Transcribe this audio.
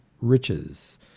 riches